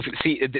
See